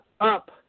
up